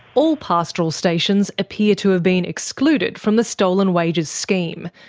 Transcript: all pastoral stations appear to have been excluded from the stolen wages scheme,